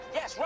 Yes